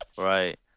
Right